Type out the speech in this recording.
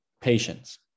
patience